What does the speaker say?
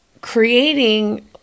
creating